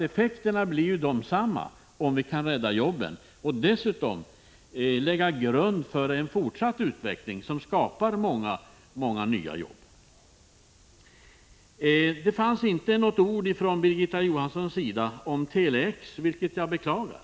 Effekterna blir ju desamma om vi kan rädda jobben och dessutom lägga grunden för en fortsatt utveckling som skapar många nya jobb. Det fanns inte något enda ord i Birgitta Johanssons anförande om Tele-X, vilket jag beklagar.